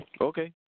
Okay